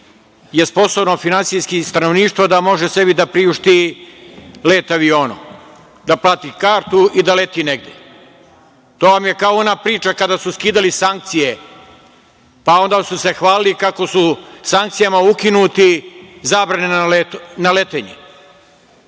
je sposobno finansijski stanovništvo da može sebi da priušti let avionom, da plati kartu i da leti negde. To vam je kao ona priča kada su skidali sankcije, pa onda su se hvalili kako su sankcijama ukinuti zabrane na letenje,